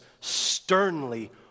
sternly